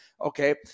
Okay